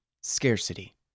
Scarcity